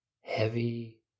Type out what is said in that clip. heavy